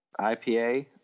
IPA